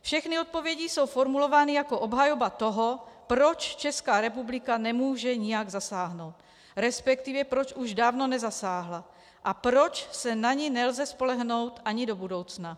Všechny odpovědi jsou formulovány jako obhajoba toho, proč Česká republika nemůže nijak zasáhnout, resp. proč už dávno nezasáhla, a proč se na ni nelze spolehnout ani do budoucna.